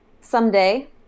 someday